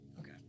Okay